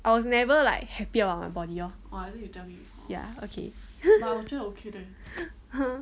I was never like happy about body loh okay